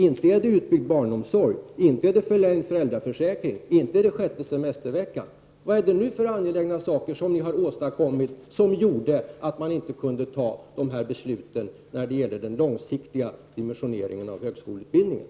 Inte är det utbyggd barnomsorg, inte är det förlängd föräldraförsäkring, inte är det sjätte semesterveckan. Vad är det nu för angelägna saker som ni har åstadkommit som gjort att man inte kunde fatta beslut om den långsiktiga dimensioneringen av högskoleutbildningen?